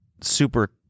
super